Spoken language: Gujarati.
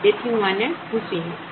તેથી હું આને ભૂંસી નાખું